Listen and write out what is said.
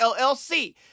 LLC